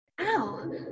Ow